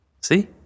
See